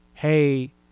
hey